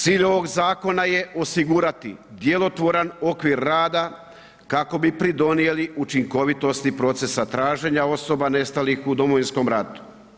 Cilj ovog zakona je osigurati djelotvoran okvir rada kako bi pridonijeli učinkovitosti procesa traženja osoba nestalih u Domovinskom ratu.